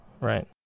right